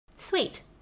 Sweet